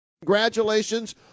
Congratulations